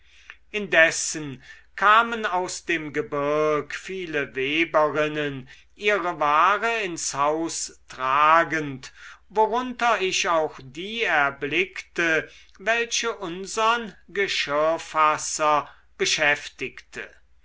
indessen kamen aus dem gebirg viele weberinnen ihre ware ins haus tragend worunter ich auch die erblickte welche unsern geschirrfasser beschäftigte